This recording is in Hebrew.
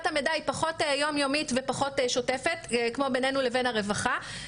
המידע היא פחות יומיומית ופחות שוטפת כמו בינינו לבין הרווחה,